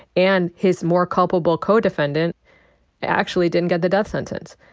and his more culpable co-defendant actually didn't get the death sentence.